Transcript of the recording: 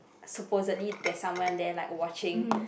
supposedly there's someone there like watching